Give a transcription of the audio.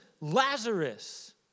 Lazarus